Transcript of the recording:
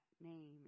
name